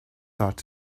thought